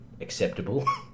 acceptable